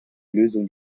lösung